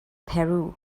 peru